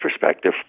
perspective